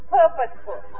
purposeful